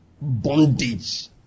Bondage